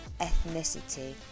ethnicity